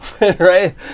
right